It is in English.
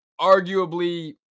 arguably